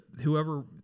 whoever